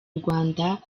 rwanda